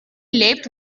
lebt